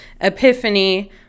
Epiphany